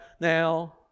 now